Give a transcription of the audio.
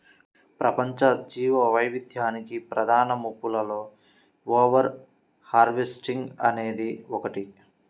ప్రపంచ జీవవైవిధ్యానికి ప్రధాన ముప్పులలో ఓవర్ హార్వెస్టింగ్ అనేది ఒకటి